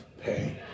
pay